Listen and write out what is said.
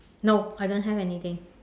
no I don't have anything